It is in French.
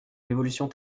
l’évolution